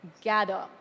gather